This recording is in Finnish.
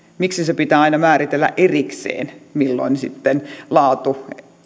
miksi se pitää aina määritellä erikseen milloin sitten laatu